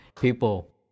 people